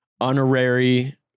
honorary